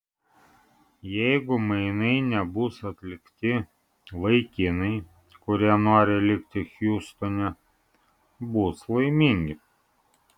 jeigu mainai nebus atlikti vaikinai kurie nori likti hjustone bus laimingi